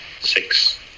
six